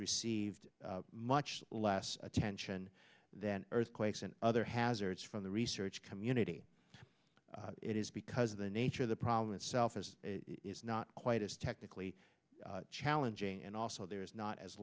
received much less attention than earthquakes and other hazards from the research community it is because of the nature of the problem itself is not quite as technically challenging and also there is not as